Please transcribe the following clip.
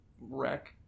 wreck